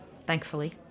thankfully